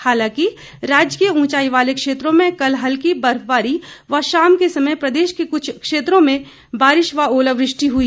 हालांकि राज्य के ऊंचाई वाले क्षेत्रों में कल हल्की बर्फबारी व शाम के समय प्रदेश के कुछ क्षेत्रों में बारिश व ओलावृष्टि हुई